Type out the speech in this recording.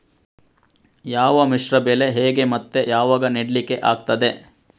ಯಾವ ಮಿಶ್ರ ಬೆಳೆ ಹೇಗೆ ಮತ್ತೆ ಯಾವಾಗ ನೆಡ್ಲಿಕ್ಕೆ ಆಗ್ತದೆ?